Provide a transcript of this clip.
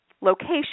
location